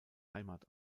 heimat